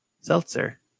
seltzer